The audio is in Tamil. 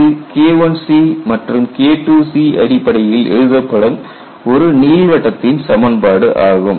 இது KIC மற்றும் KIIC அடிப்படையில் எழுதப்படும் ஒரு நீள்வட்டத்தின் சமன்பாடு ஆகும்